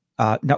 Now